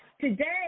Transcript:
Today